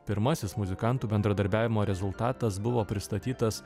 pirmasis muzikantų bendradarbiavimo rezultatas buvo pristatytas